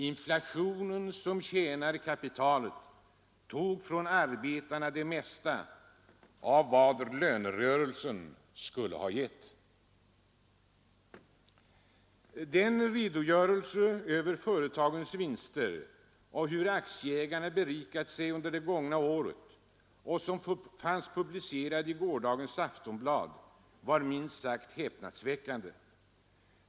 Inflationen, som tjänar kapitalet, tog från arbetarna det mesta av vad lönerörelsen skulle ha gett. Den redogörelse för företagens vinster och för hur aktieägarna berikat sig under det gångna året som fanns publicerad i gårdagens Aftonbladet var minst sagt häpnadsväckande.